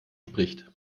spricht